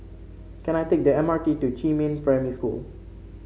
can I take the M R T to Jiemin Primary School